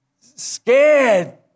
scared